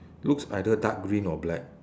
looks either dark green or black